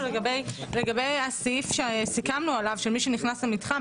לגבי הסעיף שסיכמנו עליו של מי שנכנס למתחם,